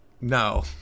No